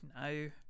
no